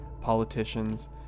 politicians